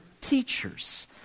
teachers